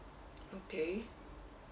okay